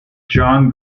john